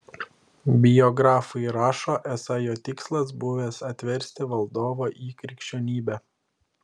biografai rašo esą jo tikslas buvęs atversti valdovą į krikščionybę